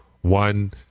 one